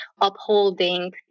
upholding